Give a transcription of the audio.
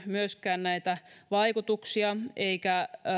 myöskään selvitetty näitä vaikutuksia eikä